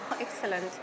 Excellent